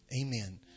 Amen